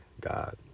God